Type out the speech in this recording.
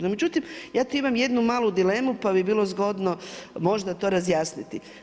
No međutim, ja tu imam jednu malu dilemu pa bi bilo zgodno možda to razjasniti.